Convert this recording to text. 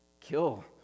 kill